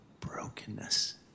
brokenness